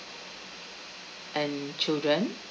and children